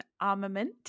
armament